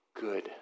good